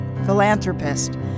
Philanthropist